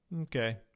Okay